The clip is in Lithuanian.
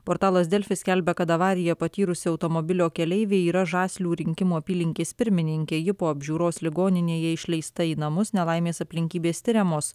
portalas delfi skelbė kad avariją patyrusi automobilio keleivė yra žaslių rinkimų apylinkės pirmininkė ji po apžiūros ligoninėje išleista į namus nelaimės aplinkybės tiriamos